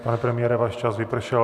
Pane premiére, váš čas vypršel.